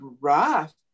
rough